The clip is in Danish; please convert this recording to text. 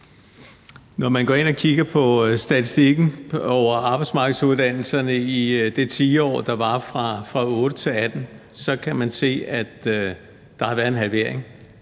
Når man går ind og kigger på statistikken over arbejdsmarkedsuddannelserne i det tiår, der var fra 2008 til 2018, kan man se, at der har været en halvering